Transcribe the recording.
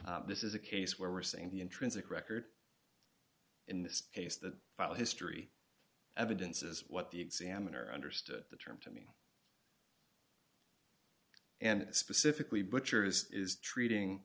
this is a case where we're saying the intrinsic record in this case the file history evidences what the examiner understood the terms and specifically butchers is treating